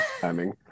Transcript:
timing